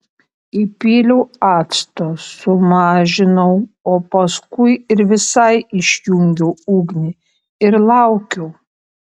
įpyliau acto sumažinau o paskui ir visai išjungiau ugnį ir laukiau